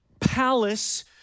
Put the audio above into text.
palace